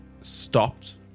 stopped